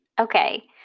Okay